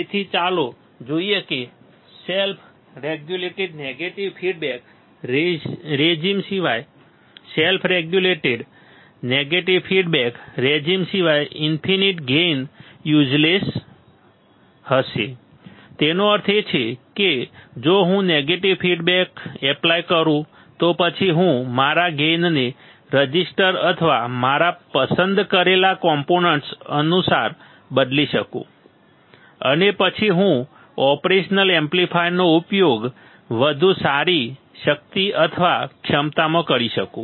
તેથી ચાલો જોઈએ કે self regulated negative feedback regime સિવાય self regulated negative feedback regime સિવાય ઈન્ફિનીટ ગેઇન યુઝલેસ હશે તેનો અર્થ એ છે કે જો હું નેગેટિવ ફીડબેક એપ્લાય કરું તો પછી હું મારા ગેઇનને રજિસ્ટર અથવા મારા પસંદ કરેલા કોમ્પોનન્ટ્સ અનુસાર બદલી શકું અને પછી હું ઓપરેશનલ એમ્પ્લીફાયરનો ઉપયોગ વધુ સારી શક્તિ અથવા ક્ષમતામાં કરી શકું